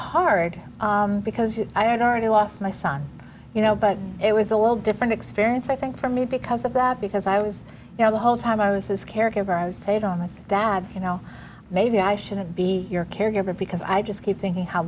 hard because i had already lost my son you know but it was a little different experience i think for me because of that because i was you know the whole time i was his caregiver i was saved on this that you know maybe i shouldn't be your caregiver because i just keep thinking how